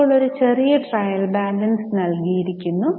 ഇപ്പോൾ ഒരു ചെറിയ ട്രയൽ ബാലൻസ് നൽകിയിരിക്കുന്നു